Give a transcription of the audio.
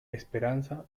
esperanza